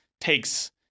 takes